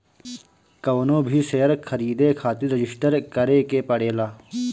कवनो भी शेयर खरीदे खातिर रजिस्टर करे के पड़ेला